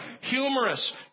humorous